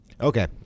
Okay